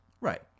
Right